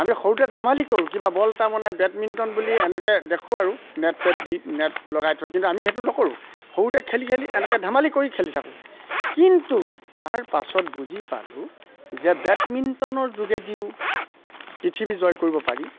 আমি সৰুতে ধেমালি কৰোঁ কিবা বল এটা বনাই বেডমিণ্টন বুলি এনেকে দেখোঁ আৰু নেট চেট দি নেট লগাই থৈ কিন্তু আমি সেইটো নকৰোঁ সৰুতে খেলি খেলি এনেকে ধেমালি কৰি খেলি থাকোঁ কিন্তু তাৰ পাছত বুজি পালোঁ যে বেডমিণ্টনৰ যোগেদিও পৃথিৱী জয় কৰিব পাৰি